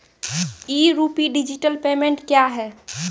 ई rupee digital payment क्या हैं?